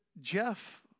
Jeff